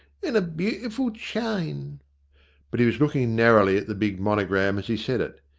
an' a beautiful chain but he was looking narrowly at the big monogram as he said it.